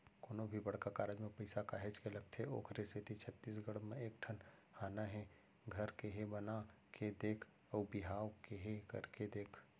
कोनो भी बड़का कारज म पइसा काहेच के लगथे ओखरे सेती छत्तीसगढ़ी म एक ठन हाना हे घर केहे बना के देख अउ बिहाव केहे करके देख